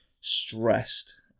stressed